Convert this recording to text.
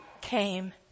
came